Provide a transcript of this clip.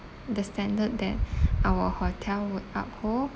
the standard that our hotel would uphold